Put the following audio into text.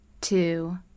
two